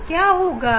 अब क्या होगा